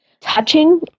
touching